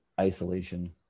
isolation